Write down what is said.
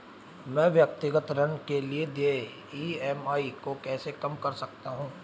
मैं व्यक्तिगत ऋण के लिए देय ई.एम.आई को कैसे कम कर सकता हूँ?